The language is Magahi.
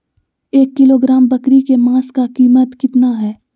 एक किलोग्राम बकरी के मांस का कीमत कितना है?